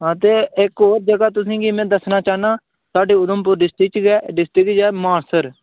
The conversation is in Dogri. हां ते इक होर जगह् तुसें गी में दस्सना चाह्न्नां साढ़े उधमपुर डिस्ट्रिक च गै डिस्ट्रिक च गै मानसर